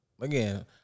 again